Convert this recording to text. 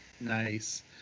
Nice